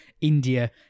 India